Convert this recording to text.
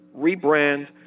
rebrand